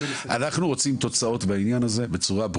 בעניין הזה אנחנו רוצים תוצאות ברורות.